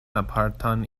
apartan